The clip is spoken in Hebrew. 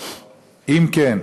2. אם כן,